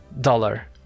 dollar